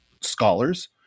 scholars